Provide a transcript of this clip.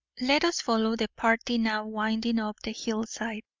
let us follow the party now winding up the hillside.